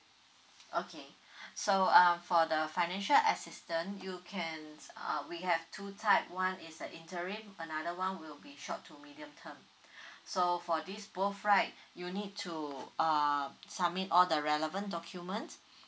okay so uh for the financial assistant you can uh we have two type one is a interim another one will be short to medium term so for this both right you need to uh submit all the relevant documents